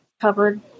covered